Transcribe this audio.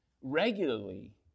regularly